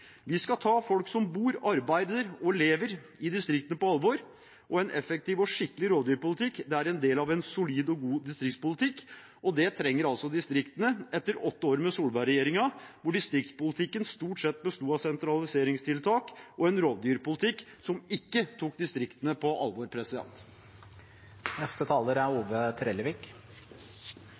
Vi skal ta folk som bor, arbeider og lever i distriktene, på alvor. En effektiv og skikkelig rovdyrpolitikk er en del av en solid og god distriktspolitikk, og det trenger altså distriktene etter åtte år med Solberg-regjeringen, hvor distriktspolitikken stort sett besto av sentraliseringstiltak og en rovdyrpolitikk som ikke tok distriktene på alvor. Dei siste månadanes oppslag i media, og ikkje minst i rettssalar, viser kor krevjande rovdyrforvaltninga er.